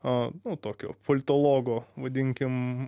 nu tokio politologo vadinkim